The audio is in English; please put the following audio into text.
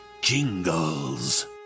Jingles